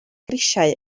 grisiau